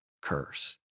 curse